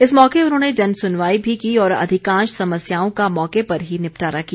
इस मौके उन्होंने जनसुनवाई भी की और अधिकांश समस्याओं का मौके पर ही निपटारा किया